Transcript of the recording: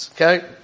okay